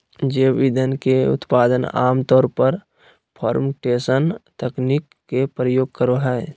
जैव ईंधन के उत्पादन आम तौर पर फ़र्मेंटेशन तकनीक के प्रयोग करो हइ